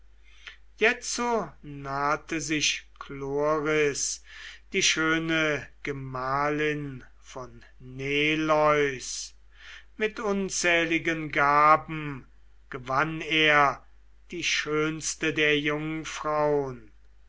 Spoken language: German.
jetzo nahte sich chloris die schöne gemahlin von neleus mit unzähligen gaben gewann er die schönste der jungfraun